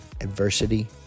adversity